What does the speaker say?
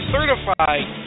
Certified